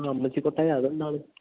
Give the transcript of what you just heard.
ആ അമ്മച്ചിക്കൊട്ടാരം അതെന്താണ്